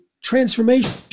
transformation